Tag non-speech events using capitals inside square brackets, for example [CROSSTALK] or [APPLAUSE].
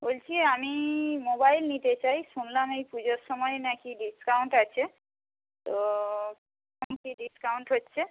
বলছি আমি মোবাইল নিতে চাই শুনলাম এই পুজোর সময় নাকি ডিসকাউন্ট আছে তো [UNINTELLIGIBLE] ডিসকাউন্ট হচ্ছে